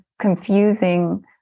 confusing